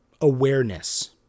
awareness